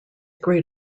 great